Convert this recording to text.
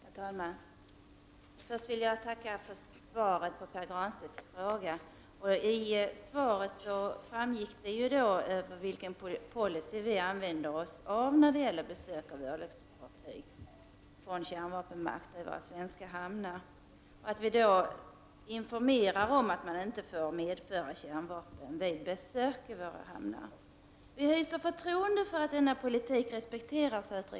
Herr talman! Först vill jag tacka för svaret på Pär Granstedts fråga. Av svaret framgår det vilken policy Sverige använder sig av vid besök i svenska hamnar av örlogsfartyg från kärnvapenmakterna. Vi informerar då om att de besökande inte får medföra kärnvapen vid besök i våra hamnar. Utrikesministern säger att vi hyser förtroende för att denna politik respekteras.